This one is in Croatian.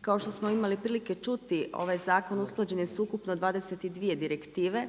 Kao što smo imali prilike čuti, ovaj zakon usklađen je s ukupno 22 direktive,